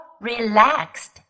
relaxed